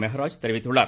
மெஹராஜ் தெரிவித்துள்ளார்